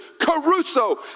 Caruso